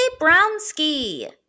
Brownski